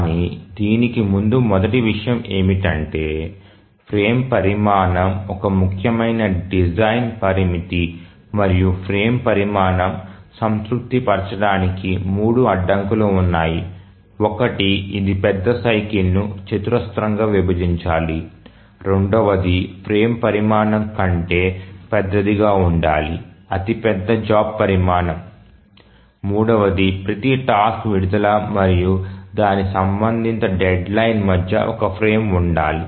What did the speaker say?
కానీ దీనికి ముందు మొదటి విషయం ఏమిటంటే ఫ్రేమ్ పరిమాణం ఒక ముఖ్యమైన డిజైన్ పరామితి మరియు ఫ్రేమ్ పరిమాణం సంతృప్తి పరచడానికి మూడు అడ్డంకులు ఉన్నాయి ఒకటి ఇది పెద్ద సైకిల్ నీ చతురస్రంగా విభజించాలి రెండవది ఫ్రేమ్ పరిమాణం కంటే పెద్దదిగా ఉండాలి అతి పెద్ద జాబ్ పరిమాణం మూడవది ప్రతి టాస్క్ విడుదల మరియు దాని సంబంధిత డెడ్లైన్ మధ్య ఒక ఫ్రేమ్ ఉండాలి